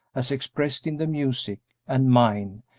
as expressed in the music, and mine,